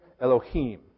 Elohim